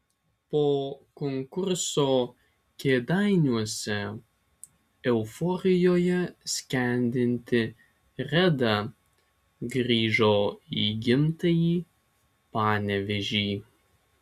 po konkurso kėdainiuose euforijoje skendinti reda grįžo į gimtąjį panevėžį